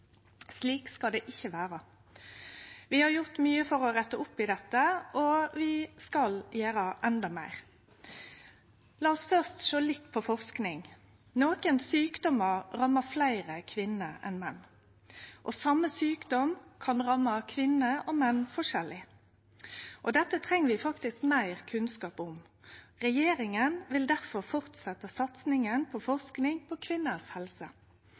Slik skal det ikkje vere. Vi har gjort mykje for å rette opp i dette, og vi skal gjere enda meir. La oss først sjå litt på forsking. Nokre sjukdomar rammar fleire kvinner enn menn, og same sjukdom kan ramme kvinner og menn forskjellig. Dette treng vi meir kunnskap om. Regjeringa vil difor fortsetje satsinga på forsking på kvinners helse.